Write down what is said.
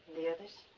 the others.